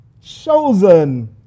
Chosen